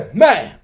man